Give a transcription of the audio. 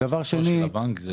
הבנקים,